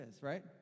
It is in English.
right